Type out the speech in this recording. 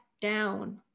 down